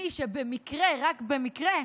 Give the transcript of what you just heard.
מי שבמקרה, רק במקרה,